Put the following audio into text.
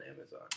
amazon